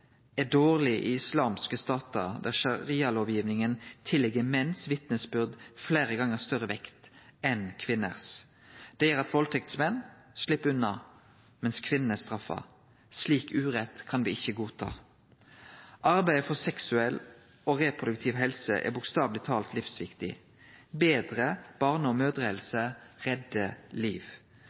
er dårleg i islamske statar der sharialovgivinga tillegg vitnesbyrd frå menn fleire gonger større vekt enn frå kvinner. Det gjer at valdtektsmenn slepp unna, medan kvinnene blir straffa. Slik urett kan me ikkje godta. Arbeidet for seksuell og reproduktiv helse er bokstaveleg tala livsviktig. Betre barne- og mødrerhelse reddar liv.